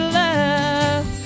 love